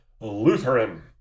Lutheran